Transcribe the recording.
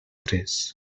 tres